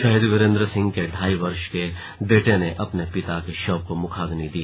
शहीद वीरेंद्र सिंह के ढाई वर्ष के बेटे ने अपने पिता के शव को मुखाग्नि दी